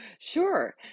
Sure